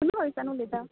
तुमी खंयसान उलयतां